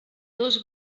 dos